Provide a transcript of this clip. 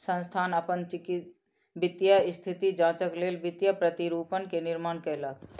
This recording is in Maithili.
संस्थान अपन वित्तीय स्थिति जांचक लेल वित्तीय प्रतिरूपण के निर्माण कयलक